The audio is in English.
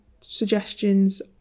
suggestions